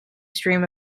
stream